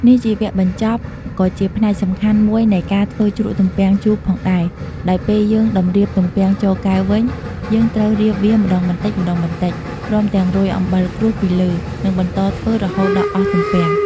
នេះជាវគ្គបញ្ចប់ ក៏ជាផ្នែកសំខាន់មួយនៃការធ្វើជ្រក់ទំពាំងជូរផងដែរ ដោយពេលយើងតម្រៀបទំពាំងចូលកែវវិញ យើងត្រូវរៀបវាម្ដងបន្តិចៗ ព្រមទាំងរោយអំបិលក្រួសពីលើ និងបន្តធ្វើរហូតដល់អស់ទំពាំង។